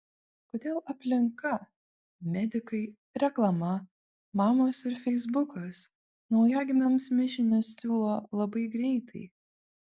kodėl aplinka medikai reklama mamos ir feisbukas naujagimiams mišinius siūlo labai greitai